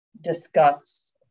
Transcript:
discuss